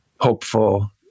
hopeful